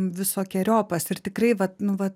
visokeriopas ir tikrai va nu va